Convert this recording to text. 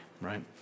right